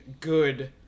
good